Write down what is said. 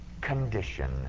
condition